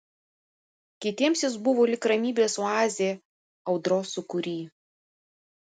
kitiems jis buvo lyg ramybės oazė audros sūkury